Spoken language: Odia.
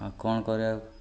ଆଉ କ'ଣ କରିବା